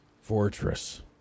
fortress